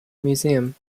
museum